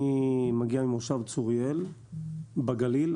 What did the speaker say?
אני מגיע ממושב צוריאל בגליל,